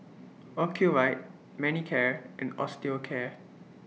Ocuvite Manicare and Osteocare